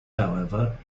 however